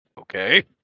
Okay